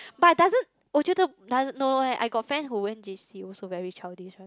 but doesn't 我觉得 doesn't no eh I got friend who went J_C also very childish one